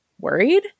worried